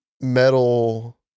metal